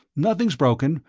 nothing's broken.